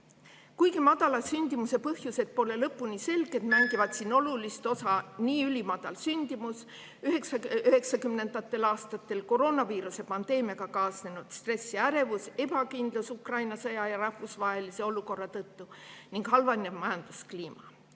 Kuigi madala sündimuse põhjused pole lõpuni selged, mängivad siin olulist osa nii ülimadal sündimus üheksakümnendatel aastatel, koroonaviiruse pandeemiaga kaasnenud stress ja ärevus, ebakindlus Ukraina sõja ja rahvusvahelise olukorra tõttu ning halvenev majanduskliima.